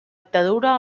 dictadura